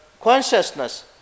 consciousness